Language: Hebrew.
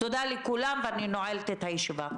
תודה לכולם ואני נועלת את הישיבה.